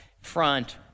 front